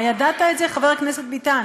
הידעת את זה, חבר הכנסת ביטן?